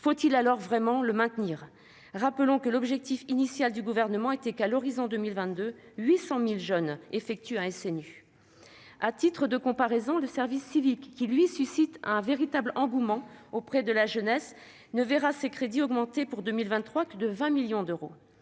Faut-il alors vraiment le maintenir ? Rappelons que l'objectif initial du Gouvernement était que, à l'horizon 2022, 800 000 jeunes effectuent un SNU. À titre de comparaison, le service civique, qui, lui, suscite un véritable engouement auprès de la jeunesse, ne verra ses crédits augmenter en 2023 que de 20 millions d'euros.